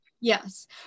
yes